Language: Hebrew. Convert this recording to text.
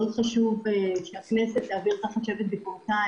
זה מאוד חשוב שהכנסת תעביר תחת שבט ביקורתה